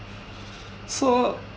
so